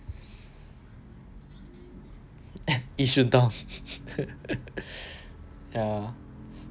yishun town ya